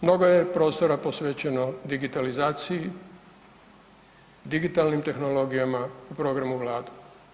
Mnogo je prostora posvećeno digitalizaciji, digitalnim tehnologijama u programu vlade.